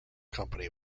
company